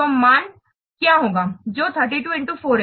तो मान क्या होगा जो 32 X 4 है